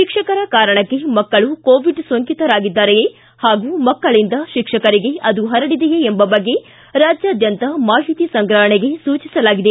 ಶಿಕ್ಷಕರ ಕಾರಣಕ್ಕೇ ಮಕ್ಕಳು ಕೋವಿಡ್ ಸೋಂಕಿತರಾಗಿದ್ದಾರೆಯೇ ಹಾಗೂ ಮಕ್ಕಳಂದ ಶಿಕ್ಷಕರಿಗೆ ಅದು ಹರಡಿದೆಯೇ ಎಂಬ ಬಗ್ಗೆ ರಾಜ್ಯಾದ್ಯಂತ ಮಾಹಿತಿ ಸಂಗ್ರಹಣೆಗೆ ಸೂಚಿಸಲಾಗಿದೆ